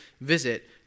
visit